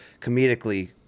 comedically